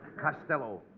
Costello